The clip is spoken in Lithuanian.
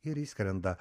ir išskrenda